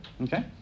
Okay